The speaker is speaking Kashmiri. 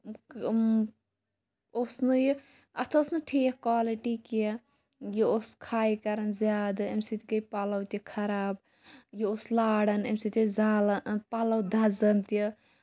اوس نہٕ یہِ اَتھ ٲس نہٕ ٹھیٖک کولٹی کیٚنہہ یہِ اوس کھے کران زیادٕ اَمہِ سۭتۍ گے پَلو تہِ خراب یہِ اوس لاران اَمہِ سۭتۍ ٲسۍ زالان پَلو دَزان تہِ